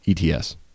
ETS